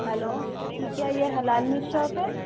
hello جی کیا یہ حلال میٹ شاپ ہے